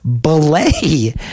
belay